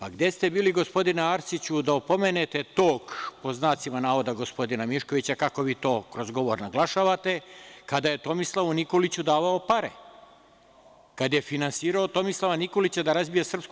A gde ste bili gospodine Arsiću da opomenete tog, pod znacima navoda, gospodina Miškovića, kako vi to kroz govor naglašavate, kada je Tomislavu Nikoliću davao pare, kada je finansirao Tomislava Nikolića da razbije SRS?